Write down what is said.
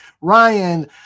Ryan